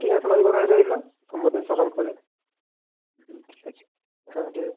ঠিক আছে তাহলে ওই কথাই রইল সোমবার দিন সকাল করে হুম ঠিক আছে হ্যাঁ ঠিক আছে